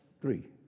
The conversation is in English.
three